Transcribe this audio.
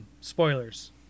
spoilers